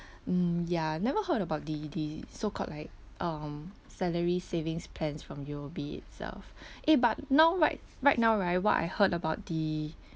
mm ya I've never heard about the the so called like um salary savings plans from U_O_B itself eh but now right right now right what I heard about the